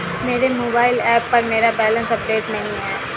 मेरे mobile app पर मेरा बैलेंस अपडेट नहीं है